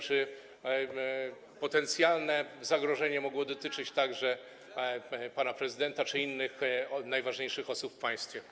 Czy potencjalne zagrożenie mogło dotyczyć także pana prezydenta czy innych najważniejszych osób w państwie?